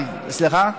סליחה?